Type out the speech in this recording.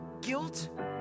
guilt